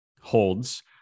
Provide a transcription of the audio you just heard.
holds